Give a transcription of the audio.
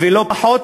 ולא פחות,